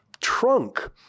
trunk